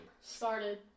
started